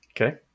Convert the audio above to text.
Okay